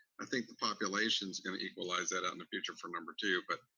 i think the population's gonna equalize that out in the future for number two, but,